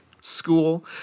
school